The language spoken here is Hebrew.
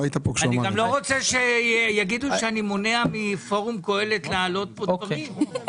אני גם לא רוצה שיגידו שאני מונע מפורום קהלת להעלות פה דברים.